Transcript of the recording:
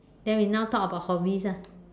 then we now talk about hobbies ah